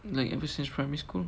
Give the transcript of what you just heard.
like ever since primary school